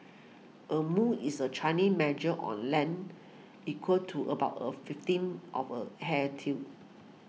a mu is a measure or land equal to about a fifteenth of a hair till